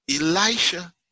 Elisha